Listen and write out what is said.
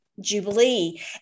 Jubilee